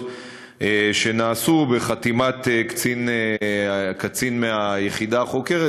שנעשו בחתימת הקצין מהיחידה החוקרת,